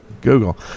Google